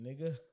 nigga